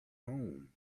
home